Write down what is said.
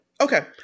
Okay